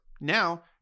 Now